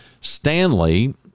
Stanley